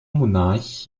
monarch